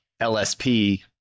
LSP